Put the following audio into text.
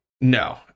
no